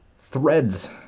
threads